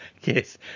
yes